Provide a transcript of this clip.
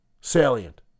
salient